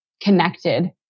connected